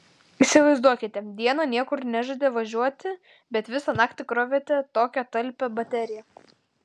įsivaizduokite dieną niekur nežadate važiuoti bet visą naktį krovėte tokią talpią bateriją